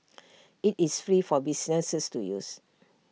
IT is free for businesses to use